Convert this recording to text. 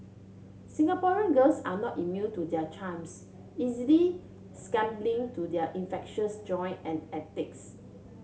Singaporean girls are not immune to their charms easily succumbing to their infectious joy and antics